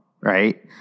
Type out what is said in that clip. right